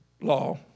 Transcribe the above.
law